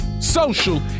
social